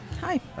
hi